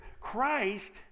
christ